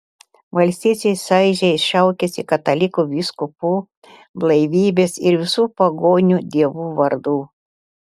valstiečiai šaižiai šaukiasi katalikų vyskupų blaivybės ir visų pagonių dievų vardų